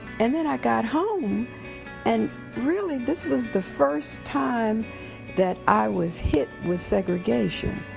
and then i got home and really this was the first time that i was hit with segregation.